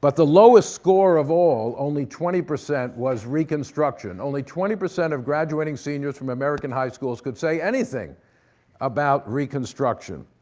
but the lowest score of all, only twenty percent, was reconstruction. only twenty percent of graduating seniors from american high schools could say anything about reconstruction.